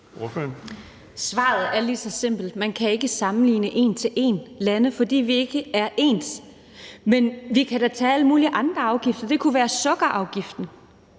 Svaret er lige så simpelt. Man kan ikke sammenligne lande en til en, fordi vi ikke er ens. Men vi kan da tage alle mulige andre afgifter; det kunne være sukkerafgiften.